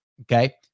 Okay